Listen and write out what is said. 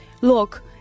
look